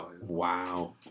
Wow